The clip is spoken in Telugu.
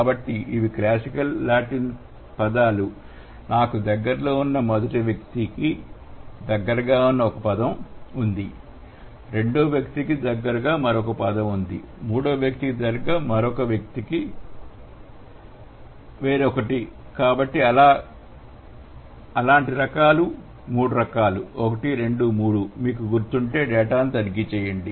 కాబట్టి ఇవి క్లాసికల్ లాటిన్ పదాలు నాకు దగ్గరలోఉన్న మొదటి వ్యక్తికి దగ్గరగా ఒక పదం ఉంది రెండవ వ్యక్తికి దగ్గరగా మరొక పదం ఉంది మూడవ వ్యక్తికి దగ్గరగా ఉన్న మరొక వ్యక్తికి వేరొకటి కాబట్టి అది అలాంటి మూడు రకాలు 1 2 3 మీకు గుర్తుంటే డేటాను తనిఖీ చేయండి